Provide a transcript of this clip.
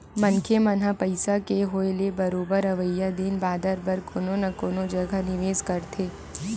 मनखे मन ह पइसा के होय ले बरोबर अवइया दिन बादर बर कोनो न कोनो जघा निवेस करथे